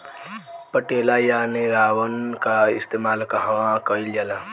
पटेला या निरावन का इस्तेमाल कहवा कइल जाला?